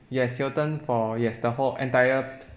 yes hilton for yes the whole entire